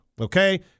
Okay